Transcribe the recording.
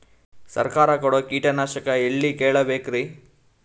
ಸರಕಾರ ಕೊಡೋ ಕೀಟನಾಶಕ ಎಳ್ಳಿ ಕೇಳ ಬೇಕರಿ?